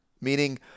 meaning